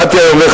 קראתי היום,